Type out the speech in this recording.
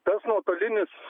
tas nuotolinis